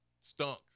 stunk